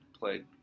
played